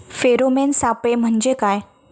Pheromone सापळे म्हंजे काय?